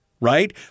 Right